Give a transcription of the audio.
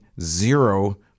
zero